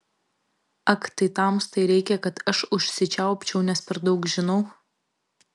ak tai tamstai reikia kad aš užsičiaupčiau nes per daug žinau